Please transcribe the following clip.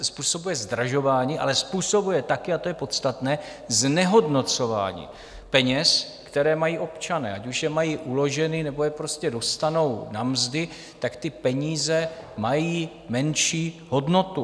Způsobuje zdražování, ale způsobuje taky a to je podstatné znehodnocování peněz, které mají občané, ať už je mají uloženy, nebo je dostanou na mzdy, ty peníze mají menší hodnotu.